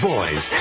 Boys